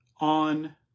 on